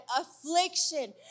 affliction